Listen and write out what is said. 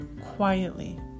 quietly